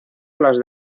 las